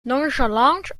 nonchalant